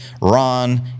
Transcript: Ron